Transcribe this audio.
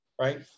right